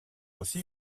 aussi